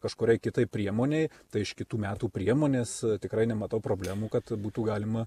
kažkuriai kitai priemonei tai iš kitų metų priemonės tikrai nematau problemų kad būtų galima